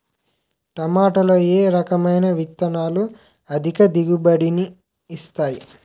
టమాటాలో ఏ రకమైన విత్తనాలు అధిక దిగుబడిని ఇస్తాయి